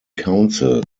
council